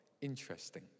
Interesting